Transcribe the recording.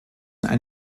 ein